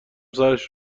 سرش